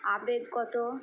আবেগগত